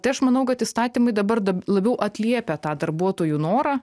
tai aš manau kad įstatymai dabar labiau atliepia tą darbuotojų norą